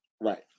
right